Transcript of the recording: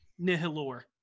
Nihilor